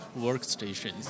workstations